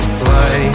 fly